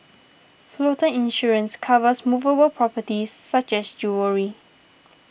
floater insurance covers movable properties such as jewellery